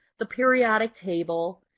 the periodic table,